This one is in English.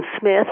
Smith